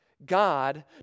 God